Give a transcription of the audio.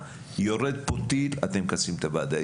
יורד פה טיל אתם מכנסים את הוועדה.